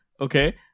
okay